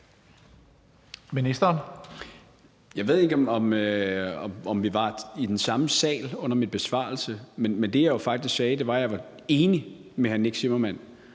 Jeg ved ikke, om vi var i den samme sal under min besvarelse, men det, jeg jo faktisk sagde, var, at jeg var enig med hr. Nick Zimmermann,